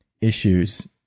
issues